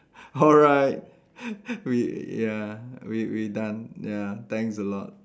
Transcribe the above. alright we ya we we done ya thanks a lot